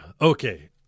okay